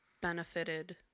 benefited